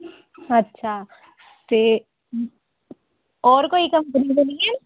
अच्छा ते होर कोई कंपनी ते निं ऐ